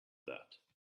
that